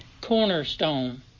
cornerstone